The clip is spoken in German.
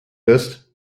ist